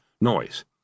noise